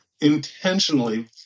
intentionally